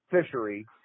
fishery